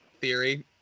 theory